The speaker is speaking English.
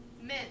Mint